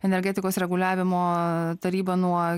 energetikos reguliavimo taryba nuo